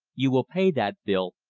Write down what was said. you will pay that bill,